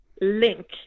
link